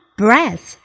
breath